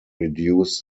reduce